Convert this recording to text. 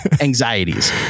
anxieties